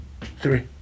Three